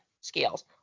scales